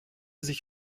sich